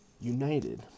United